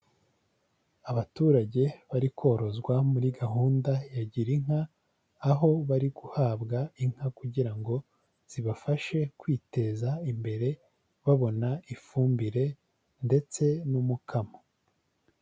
Abaturage bari korozwa muri gahunda ya ''girinka'', aho bari guhabwa inka kugira ngo zibafashe kwiteza imbere, babona ifumbire ndetse n'umukamo.